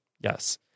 Yes